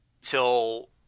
till